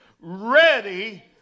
Ready